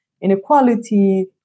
inequality